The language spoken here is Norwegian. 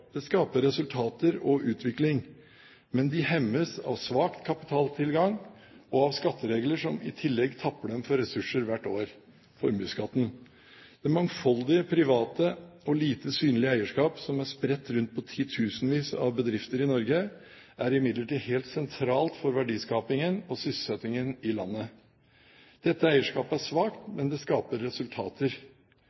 Det skaper resultater og utvikling, men det hemmes av svak kapitaltilgang og av skatteregler som i tillegg tapper det for ressurser hvert år: formuesskatten. Det mangfoldige, private og lite synlige eierskap som er spredt rundt på titusenvis av bedrifter i Norge, er imidlertid helt sentralt for verdiskapingen og sysselsettingen i landet. Dette eierskapet er svakt,